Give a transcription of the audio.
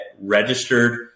registered